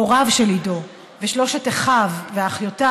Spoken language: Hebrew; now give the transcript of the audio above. הוריו של עידו, אחיו ואחיותיו